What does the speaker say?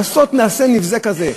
לעשות מעשה נבזה כזה,